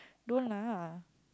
don't lah